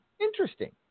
Interesting